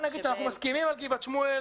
נגיד שאנחנו מסכימים על גבעת שמואל,